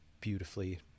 beautifully